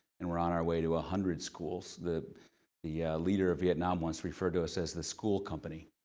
and we're on our way to a hundred schools. the the leader of vietnam once referred to us as the school company.